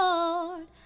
Lord